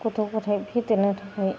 गथ' गथाइ फेदेरनो थाखाय